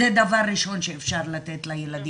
זה דבר ראשון שאפשר לתת לילדים,